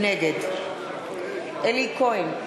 נגד אלי כהן,